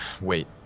wait